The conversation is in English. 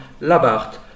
Labart